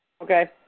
Okay